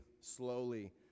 slowly